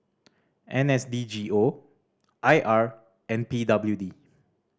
N S D G O I R and P W D